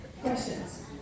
Questions